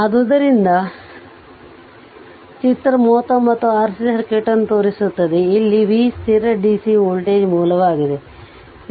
ಆದ್ದರಿಂದ ಚಿತ್ರ 39 RC circuit ಅನ್ನು ತೋರಿಸುತ್ತದೆ ಇಲ್ಲಿ Vs ಸ್ಥಿರ dc ವೋಲ್ಟೇಜ್ ಮೂಲವಾಗಿದೆ